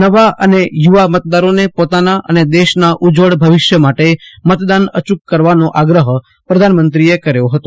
નવા અને યુવા મતદારોને પોતાના અને દેશના ઉજ્જવલ ભવિષ્ય માટે મતદાન અચુક કરવાનો આગ્રહ પ્રધાનમંત્રીએ કર્યો હતો